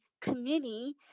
committee